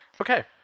Okay